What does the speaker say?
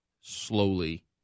slowly